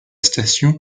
station